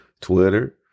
Twitter